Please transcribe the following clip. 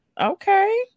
okay